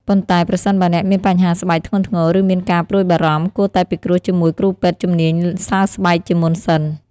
ប៉ុន្តែប្រសិនបើអ្នកមានបញ្ហាស្បែកធ្ងន់ធ្ងរ ឬមានការព្រួយបារម្ភ គួរតែពិគ្រោះជាមួយគ្រូពេទ្យជំនាញសើស្បែកជាមុនសិន។